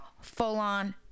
full-on